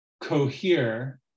cohere